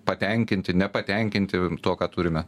patenkinti nepatenkinti tuo ką turime